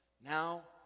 Now